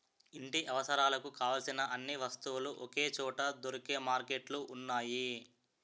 ఇంటి అవసరాలకు కావలసిన అన్ని వస్తువులు ఒకే చోట దొరికే మార్కెట్లు ఉన్నాయి